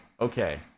okay